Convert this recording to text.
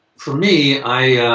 for me, i.